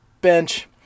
bench